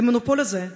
למונופול הזה,